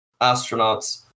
astronauts